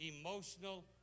emotional